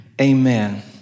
Amen